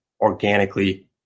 organically